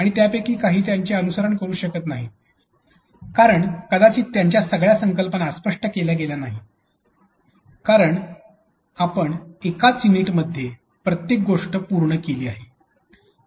आणि त्यापैकी काही त्याचे अनुसरण करू शकत नाही कारण कदाचित त्यांच्या सगळ्या संकल्पना स्पष्ट केल्या गेल्या नाहीत कारण आपण एकच युनिटमध्ये प्रत्येक गोष्ट पूर्ण केली आहे